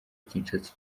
kinshasa